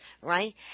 right